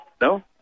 No